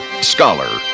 scholar